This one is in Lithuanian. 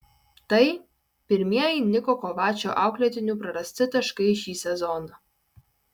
tai pirmieji niko kovačo auklėtinių prarasti taškai šį sezoną